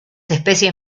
especies